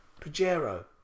Pajero